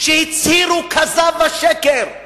שהצהירו כזב ושקר,